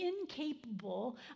incapable